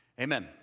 Amen